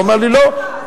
הוא אומר לי: לא,